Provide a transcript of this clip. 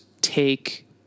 take